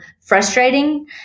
frustrating